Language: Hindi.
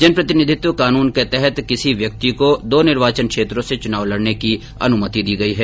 जन प्रतिनिधित्व कानून के तहत किसी व्यक्ति को दो निर्वाचन क्षेत्रों से चुनाव लड़ने की अनुमति दी गई है